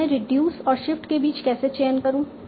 अब मैं रिड्यूस और शिफ्ट के बीच कैसे चयन करूं